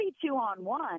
two-on-one